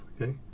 okay